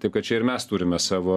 taip kad čia ir mes turime savo